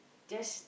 just